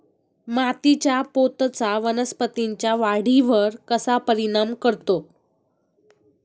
मातीच्या पोतचा वनस्पतींच्या वाढीवर कसा परिणाम करतो?